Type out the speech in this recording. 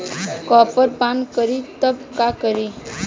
Copper पान करी तब का करी?